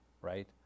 right